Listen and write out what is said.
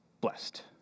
Blessed